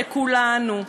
לכולנו.